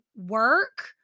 work